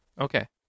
Okay